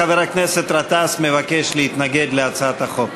חבר הכנסת גטאס מבקש להתנגד להצעת החוק.